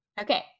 Okay